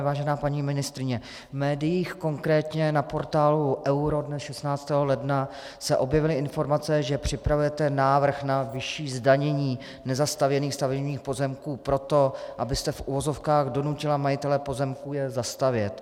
Vážená paní ministryně, v médiích, konkrétně na portálu Euro dne 16. ledna, se objevily informace, že připravujete návrh na vyšší zdanění nezastavěných stavebních pozemků proto, abyste v uvozovkách donutila majitele pozemků je zastavět.